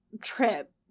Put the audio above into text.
trip